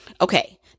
Okay